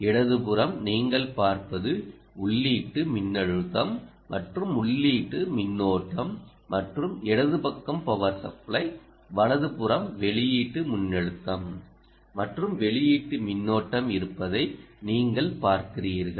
இடது புறம் நீங்கள் பார்ப்பது உள்ளீட்டு மின்னழுத்தம் மற்றும் உள்ளீட்டு மின்னோட்டம் மற்றும் இடது பக்கம் பவர் சப்ளை வலது புறம் வெளியீட்டு மின்னழுத்தம் மற்றும் வெளியீட்டு மின்னோட்டம் இருப்பதை நீங்கள் பார்க்கிறீர்கள்